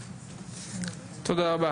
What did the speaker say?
תודה.